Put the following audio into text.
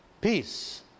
Peace